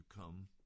come